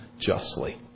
Justly